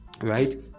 Right